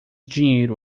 dinheiro